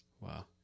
Wow